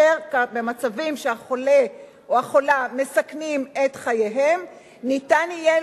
כאשר במצבים שהחולה או החולָה מסכנים את חייהם ניתן יהיה